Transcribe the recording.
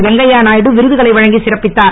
வெங்கைய நாயுடு விருதுகளை வழங்கிச் சிறப்பித்தார்